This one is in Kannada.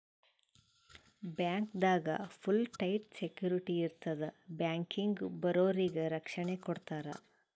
ಬ್ಯಾಂಕ್ದಾಗ್ ಫುಲ್ ಟೈಟ್ ಸೆಕ್ಯುರಿಟಿ ಇರ್ತದ್ ಬ್ಯಾಂಕಿಗ್ ಬರೋರಿಗ್ ರಕ್ಷಣೆ ಕೊಡ್ತಾರ